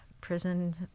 prison